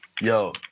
Yo